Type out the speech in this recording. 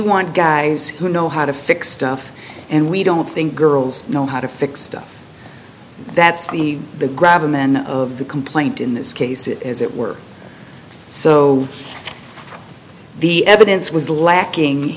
want guys who know how to fix stuff and we don't think girls know how to fix stuff that's the grab the men of the complaint in this case it as it were so the evidence was lacking